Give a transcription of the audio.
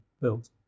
built